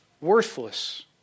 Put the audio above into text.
worthless